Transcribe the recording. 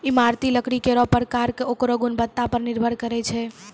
इमारती लकड़ी केरो परकार ओकरो गुणवत्ता पर निर्भर करै छै